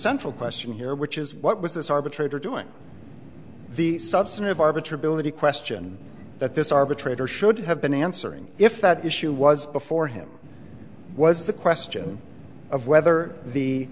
central question here which is what was this arbitrator doing the substantive arbiter ability question that this arbitrator should have been answering if that issue was before him was the question of whether the